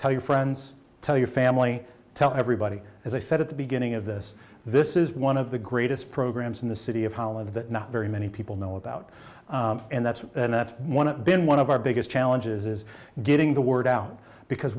tell your friends tell your family tell everybody as i said at the beginning of this this is one of the greatest programs in the city of holland that not very many people know about and that's that one of been one of our biggest challenges is getting the word out because